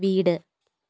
വീട്